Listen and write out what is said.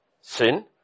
sin